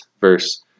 verse